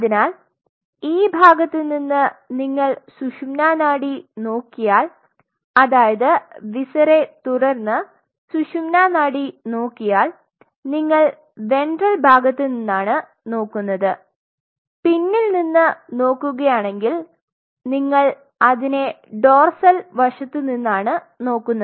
അതിനാൽ ഈ ഭാഗത്ത് നിന്ന് നിങ്ങൾ സുഷുമ്നാ നാഡി നോക്കിയാൽ അതായത് വിസെറ തുറന്ന് സുഷുമ്നാ നാഡി നോക്കിയാൽ നിങ്ങൾ വെൻട്രൽ ഭാഗത്ത് നിന്നാണ് നോക്കുന്നത് പിന്നിൽ നിന്ന് നോക്കുകയാണെങ്കിൽ നിങ്ങൾ അതിനെ ഡോർസൽ വശത്തു നിന്നാണ് നോക്കുന്നത്